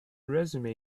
resume